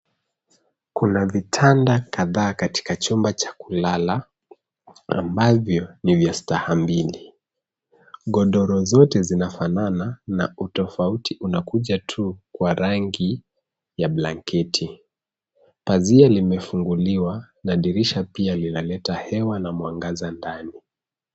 Kuna vitanda kadhaa katika chumba cha kulala ambavyo ni vya staha mbili. Godoro zote zinafanana na utofauti inakuja tu kwa rangi ya blanketi. Pazia limefungiliwa na dirisha pia linaleta hewa na mwangaza ndani.